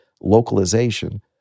localization